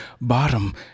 bottom